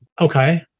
okay